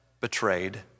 betrayed